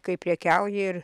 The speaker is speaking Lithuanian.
kai prekiauji ir